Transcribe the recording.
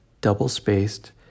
double-spaced